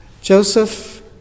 Joseph